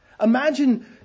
Imagine